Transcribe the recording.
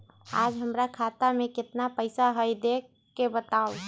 आज हमरा खाता में केतना पैसा हई देख के बताउ?